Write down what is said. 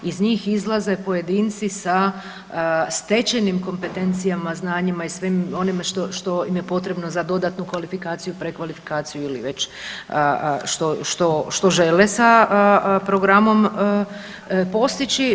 Iz njih izlaze pojedinci sa stečenim kompetencijama, znanjima i svim onim što im je potrebno za dodatno kvalifikaciju, prekvalifikaciju ili već što žele sa programom postići.